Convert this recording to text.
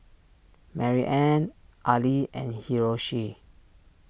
Maryanne Ali and Hiroshi